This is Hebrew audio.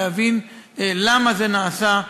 להבין למה זה נעשה,